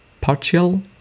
Partial